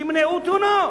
שימנעו תאונות.